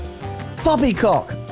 poppycock